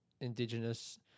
indigenous